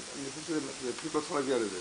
אבל אני חושב שלא צריך להגיע לזה,